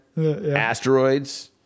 Asteroids